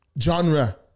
genre